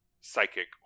psychic